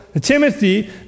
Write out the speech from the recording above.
Timothy